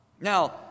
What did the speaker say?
now